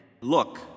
look